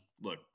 Look